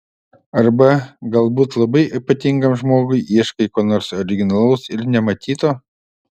arba galbūt labai ypatingam žmogui ieškai ko nors originalaus ir nematyto